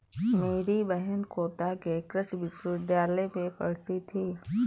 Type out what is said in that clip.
मेरी बहन कोटा के कृषि विश्वविद्यालय में पढ़ती थी